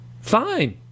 fine